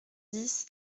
dix